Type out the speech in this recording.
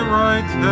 right